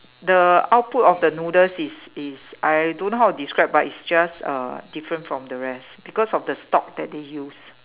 the output of the noodles is is I don't know how to describe but it's just uh different from the rest because of the stock that they use